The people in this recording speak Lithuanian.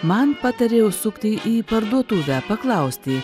man patarė užsukti į parduotuvę paklausti